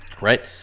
Right